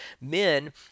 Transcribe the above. Men